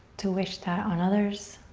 to wish that on others,